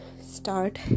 start